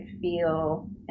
feel